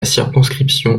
circonscription